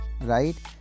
right